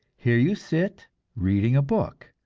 here you sit reading a book.